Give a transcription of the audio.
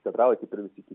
teatralai kaip ir visi kiti